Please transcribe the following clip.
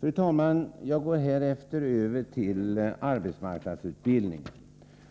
Fru talman! Jag går härefter över till arbetsmarknadsutbildningen.